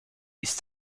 ist